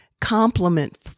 compliment